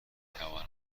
توانم